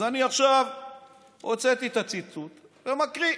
אז אני הוצאתי את הציטוט ואני מקריא.